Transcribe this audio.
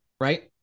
Right